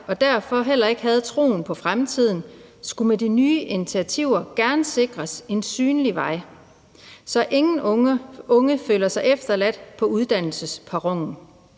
og derfor heller ikke havde troen på fremtiden, skulle med de nye initiativer gerne sikres en synlig vej – så ingen unge føler sig efterladt på uddannelsesperronen.